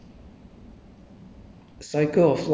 want to end the